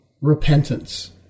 repentance